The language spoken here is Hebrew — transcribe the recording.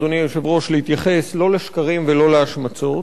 אדוני היושב-ראש, להתייחס, לא לשקרים ולא להשמצות.